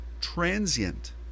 transient